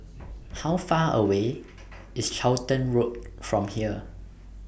How Far away IS Charlton Road from here